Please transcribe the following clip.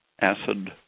acid